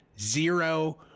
zero